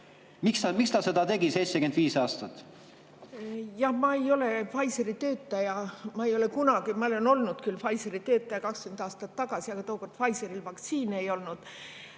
Miks ta seda tegi – 75 aastat? Jah, ma ei ole Pfizeri töötaja, ma ei ole kunagi … Ma olen olnud küll Pfizeri töötaja 20 aastat tagasi, aga tookord Pfizeril vaktsiine ei olnud.